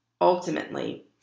ultimately